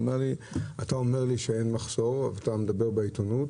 הוא אמר לי: אתה אומר שאין מחסור ואתה מדבר בעיתונות,